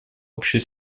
общей